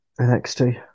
NXT